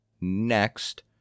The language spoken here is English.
next